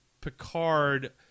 Picard